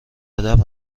ادب